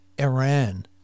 Iran